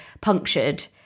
punctured